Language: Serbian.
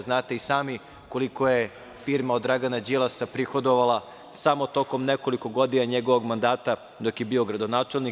Znate i sami koliko je firma Dragana Đilasa prihodovala samo tokom nekoliko godina njegovog mandata dok je bio gradonačelnik.